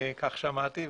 אני כך שמעתי,